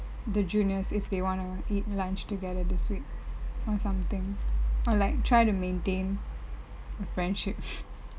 the juniors if they want to eat lunch together this week or something or like try to maintain the friendship